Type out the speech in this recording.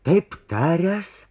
taip taręs